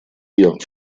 wir